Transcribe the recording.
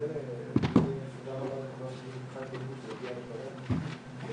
בשעה 15:26.